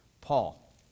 Paul